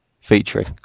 featuring